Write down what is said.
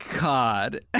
God